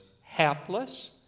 hapless